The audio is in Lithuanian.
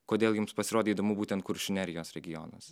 kodėl jums pasirodė įdomu būtent kuršių nerijos regionas